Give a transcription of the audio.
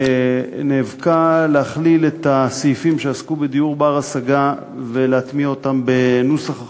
נאבקה להכליל את הסעיפים שעסקו בדיור בר-השגה ולהטמיע אותם בנוסח החוק,